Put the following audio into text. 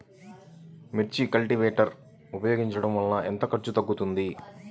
మిర్చి కల్టీవేటర్ ఉపయోగించటం వలన ఎంత ఖర్చు తగ్గుతుంది?